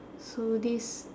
so this